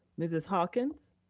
mrs. hawkins?